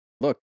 Look